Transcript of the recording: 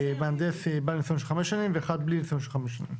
בעל נסיון של חמש שנים ואחד בלי נסיון של חמש שנים.